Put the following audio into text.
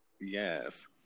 Yes